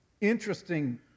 interesting